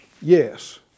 yes